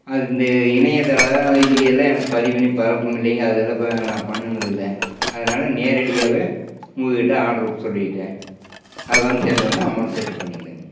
அது இந்த இணையதள இதுலெலாம் எனக்கு பதிவு பண்ணி பழக்கம் இல்லைங்க அதெலாம் இப்போ நான் பண்ணினது இல்லை அதனால நேரடியாகவே உங்கள்கிட்ட ஆர்ட்ரு சொல்லிவிட்டேன் அது வந்து சேர்ந்த ஒடனே அமௌண்ட் செட்டில் பண்ணிக்கலாங்க